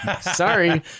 Sorry